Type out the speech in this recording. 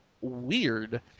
weird